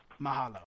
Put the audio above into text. Mahalo